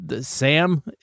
sam